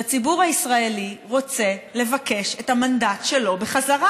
שהציבור הישראלי רוצה לבקש את המנדט שלו בחזרה.